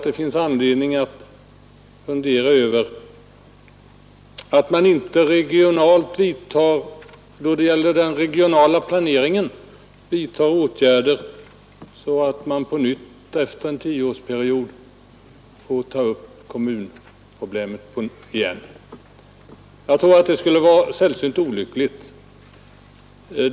Det finns då skäl att se till att man inte då det gäller Tisdagen den den regionala planeringen vidtar åtgärder så att man efter en tioårsperiod 23 maj 1972 får ta upp kommunproblemet på nytt — jag tror att det skulle vara sällsynt olyckligt.